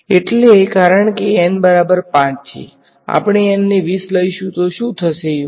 એટલે કારણ કે N બરાબર 5 છે આપણે n ને 20 લઈશુ તો શું થયું